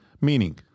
Meaning